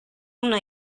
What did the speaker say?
una